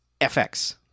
FX